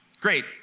great